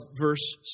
verse